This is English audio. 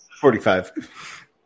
Forty-five